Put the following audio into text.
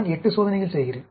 நான் 8 சோதனைகள் செய்கிறேன்